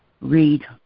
read